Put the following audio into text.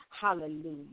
Hallelujah